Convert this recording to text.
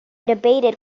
debated